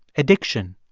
addiction,